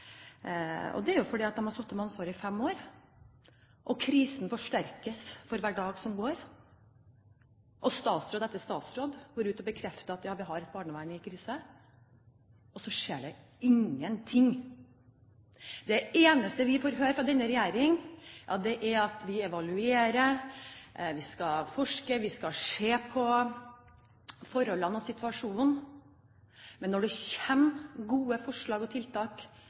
Det er jo fordi regjeringen nå har sittet med ansvaret i fem år, og krisen forsterkes for hver dag som går. Statsråd etter statsråd går ut og bekrefter at vi har et barnevern i krise, og så skjer det ingenting. Det eneste vi får høre fra denne regjeringen, er at de evaluerer, det skal forskes, de skal se på forholdene og situasjonen, men når det fremmes gode forslag til tiltak